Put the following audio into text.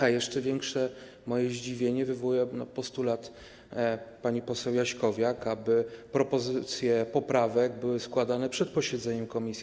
A jeszcze większe moje zdziwienie wywołuje postulat pani poseł Jaśkowiak, aby propozycje poprawek były składane przed posiedzeniem komisji.